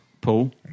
Paul